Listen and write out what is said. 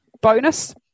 bonus